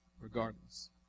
regardless